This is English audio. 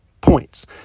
points